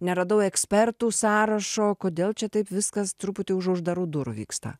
neradau ekspertų sąrašo kodėl čia taip viskas truputį už uždarų durų vyksta